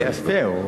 זה יפה.